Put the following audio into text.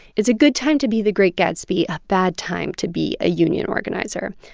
it's a good time to be the great gatsby, a bad time to be a union organizer.